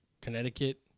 Connecticut